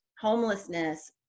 homelessness